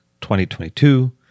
2022